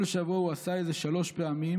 כל שבוע הוא עשה איזה שלוש פעמים,